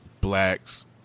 blacks